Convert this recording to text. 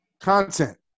content